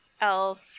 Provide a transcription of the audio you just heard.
elf